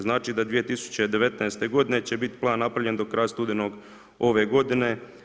Znači da 2019. godine će biti plan napravljen do kraja studenog ove godine.